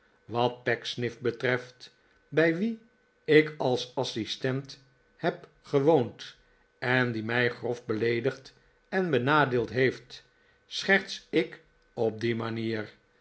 wat pecksniff betreft bij wien ik als assistent heb gewoond en die mij grof beleedigd en benadeeld heeft scherts ik op die manier